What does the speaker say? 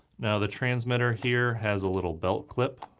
now the transmitter here has a little belt clip,